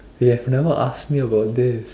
you have never asked me about this